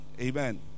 Amen